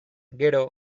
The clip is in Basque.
gero